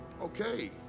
Okay